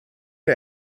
der